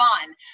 fun